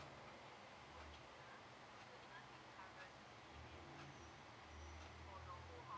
uh